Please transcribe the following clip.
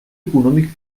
econòmic